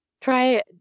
try